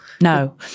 No